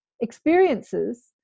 experiences